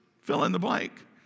fill-in-the-blank